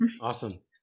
Awesome